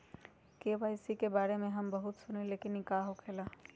KYC के बारे में हम बहुत सुनीले लेकिन इ का होखेला?